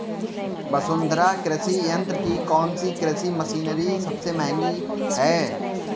वसुंधरा कृषि यंत्र की कौनसी कृषि मशीनरी सबसे महंगी है?